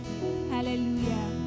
hallelujah